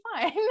fine